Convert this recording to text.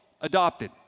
adopted